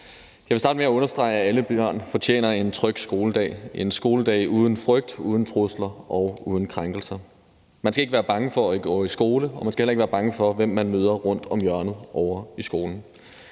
Jeg vil starte med at understrege, at alle børn fortjener en tryg skoledag uden frygt, uden trusler og uden krænkelser. Man skal ikke være bange for at gå i skole, og man skal heller ikke være bange for, hvem man møder rundt om hjørnet ovre i skolen.